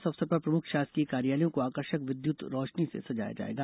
इस अवसर पर प्रमुख शासकीय कार्यालयों को आकर्षक विद्युत रौशनी से सजाया जाएगा